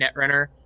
Netrunner